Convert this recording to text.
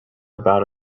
about